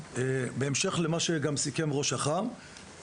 בהמשך למה שגם סיכם ראש אח"ם,